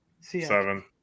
Seven